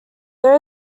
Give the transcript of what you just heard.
there